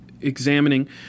examining